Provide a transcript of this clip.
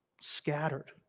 scattered